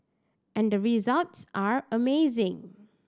and the results are amazing